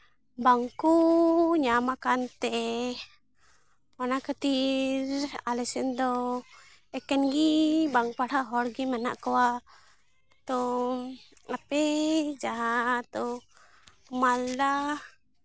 ᱵᱟᱝ ᱠᱚ ᱧᱟᱢ ᱟᱠᱟᱱ ᱛᱮ ᱚᱱᱟ ᱠᱷᱟᱹᱛᱤᱨ ᱟᱞᱮ ᱥᱮᱫ ᱫᱚ ᱮᱠᱮᱱ ᱜᱮ ᱵᱟᱝ ᱯᱟᱲᱦᱟᱜ ᱦᱚᱲᱜᱮ ᱢᱮᱱᱟᱜ ᱠᱚᱣᱟ ᱛᱚ ᱟᱯᱮ ᱡᱟᱦᱟᱸ ᱫᱚ ᱢᱟᱞᱫᱟ